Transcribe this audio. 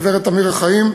גברת עמירה חיים.